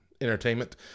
entertainment